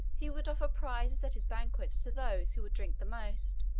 he would offer prizes at his banquets to those who would drink the most.